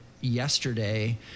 yesterday